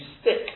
stick